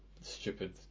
stupid